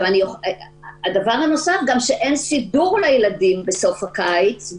הדבר הנוסף הוא שאין סידור לילדים בסוף הקיץ,